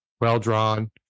well-drawn